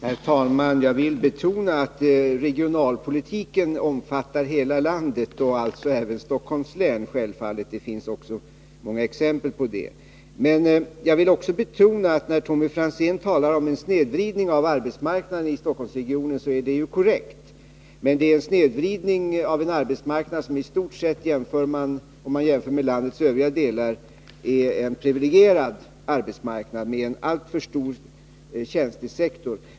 Herr talman! Jag vill betona att regionalpolitiken omfattar hela landet och självfallet även Stockholms län. Det finns många exempel på det. Jag vill också betona att Tommy Franzén när han talar om en snedvridning av arbetsmarknaden i Stockholmsregionen lämnar en korrekt redogörelse. Men det är, om man jämför med landets övriga delar, en snedvridning på en i stort sett priviligierad arbetsmarknad med en allför stor tjänstesektor.